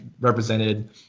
represented